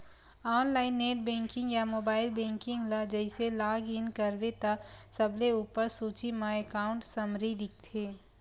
online net banking या mobile banking ल जइसे लॉग इन करबे त सबले उप्पर सूची म एकांउट समरी दिखथे